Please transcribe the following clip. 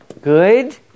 Good